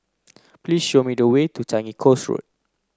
please show me the way to Changi Coast Road